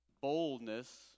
boldness